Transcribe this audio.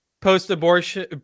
post-abortion